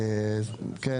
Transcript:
כן,